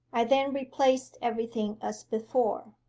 i then replaced everything as before.